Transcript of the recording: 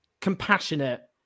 compassionate